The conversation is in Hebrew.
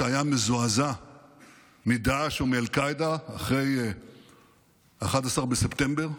שהיה מזועזע מדאעש ומאל-קאעידה אחרי 11 בספטמבר,